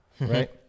right